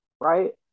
right